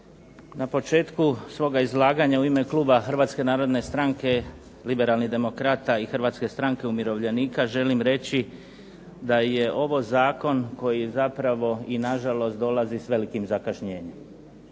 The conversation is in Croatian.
Na početku svoga izlaganja u ime Kluba Hrvatske narodne stranke, Liberalnih demokrata i Hrvatske stranke umirovljenika želim reći da je ovo Zakon koji zapravo i na žalost dolazi s velikim zakašnjenjem.